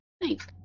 Thanks